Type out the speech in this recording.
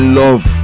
love